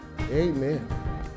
Amen